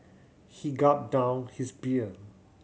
he gulped down his beer